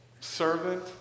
servant